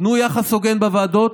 תנו יחס הוגן בוועדות,